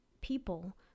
people